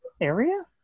area